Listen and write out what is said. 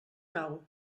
cau